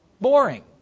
boring